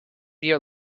your